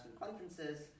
conferences